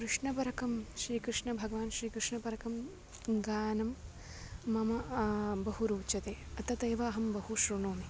कृष्णवरकं श्री कृष्ण भगवान् श्रीकृष्णपरकं गानं मम बहु रोचते तथैव अहं बहु श्रुणोमि